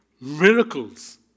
miracles